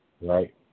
right